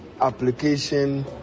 application